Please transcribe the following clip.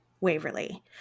Waverly